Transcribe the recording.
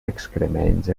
excrements